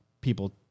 people